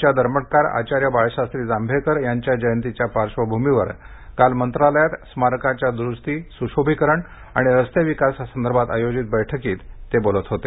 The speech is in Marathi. आजच्या दर्पणकार आचार्य बाळशास्त्री जांभेकर यांच्या जयंतीच्या पार्श्वभूमीवर काल मंत्रालयात स्मारकाच्या दुरुस्ती सुशोभिकरण आणि रस्ते विकासासंदर्भात आयोजित बैठकीत ते बोलत होते